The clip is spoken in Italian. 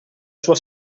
sua